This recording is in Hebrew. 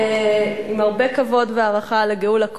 עם הרבה כבוד והערכה לגאולה כהן,